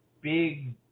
big